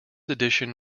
edition